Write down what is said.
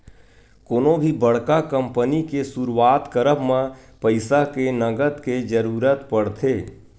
कोनो भी बड़का कंपनी के सुरुवात करब म पइसा के नँगत के जरुरत पड़थे